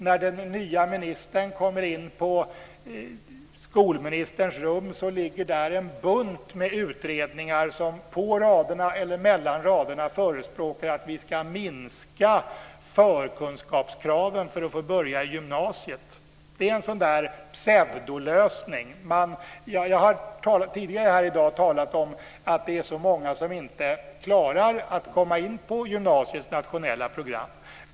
När den nya ministern kommer in på skolministerns rum så ligger där en bunt med utredningar som på eller mellan raderna förespråkar att vi ska minska förkunskapskraven för att få börja i gymnasiet. Det är en sådan där pseudolösning. Jag har tidigare här i dag talat om att det är så många som inte klarar att komma in på gymnasiets nationella program.